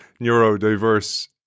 neurodiverse